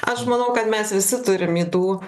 aš manau kad mes visi turim ydų